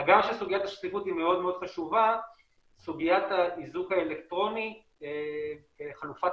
שהגם שסוגיית הצפיפות היא מאוד-מאוד חשובה סוגיית האיזוק האלקטרוני כחלופת